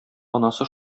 анасы